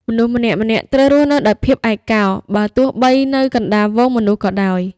មនុស្សម្នាក់ៗត្រូវរស់នៅដោយភាពឯកោ បើទោះបីជានៅកណ្តាលហ្វូងមនុស្សក៏ដោយ។